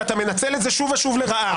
ואתה מנצל את זה שוב ושוב לרעה.